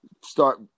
start